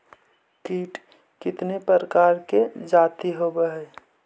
कीट कीतने प्रकार के जाती होबहय?